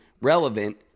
relevant